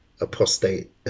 apostate